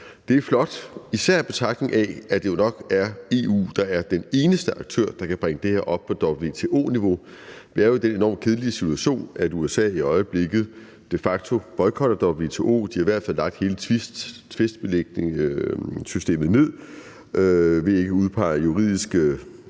Det er flot, især i betragtning af, at det jo nok er EU, der er den eneste aktør, der kan bringe det her op på WTO-niveau. Vi er jo i den enormt kedelige situation, at USA i øjeblikket de facto boykotter WTO. De har i hvert fald lagt hele tvistsystemet ned ved ikke at udpege juridiske